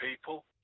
people